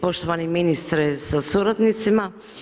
Poštovani ministre sa suradnicima.